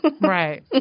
Right